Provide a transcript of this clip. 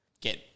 get